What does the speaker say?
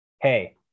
Hey